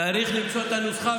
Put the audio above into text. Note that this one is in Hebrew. צריך למצוא את הנוסחה,